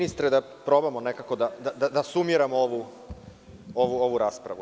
Ministre, da probamo nekako da sumiramo ovu raspravu.